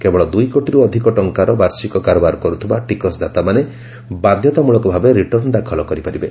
କେବଳ ଦୁଇକୋଟିରୁ ଅଧିକ ଟଙ୍କାର ବାର୍ଷିକ କାରବାର କର୍ଥିବା ଟିକସଦାତାମାନେ ବାଧ୍ୟତାମୂଳକ ଭାବେ ରିଟର୍ଣ୍ଣ ଦାଖଲ କରିବେ